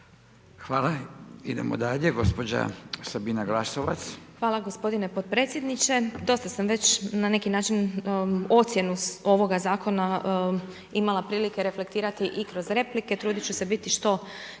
Glasovac. **Glasovac, Sabina (SDP)** Hvala gospodine podpredsjedniče, došla sam reć na neki način ocjenu ovoga zakona imala priliku reflektirati i kroz replike trudit ću se biti što